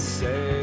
say